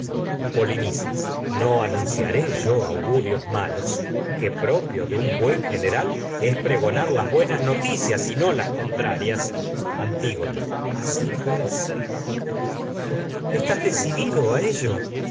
polinices no anunciaré yo augurios malos que propio de un buen general ticias y no es pregonar las buenas no las contrarias antígona ello así pues oh hijo estás decidido a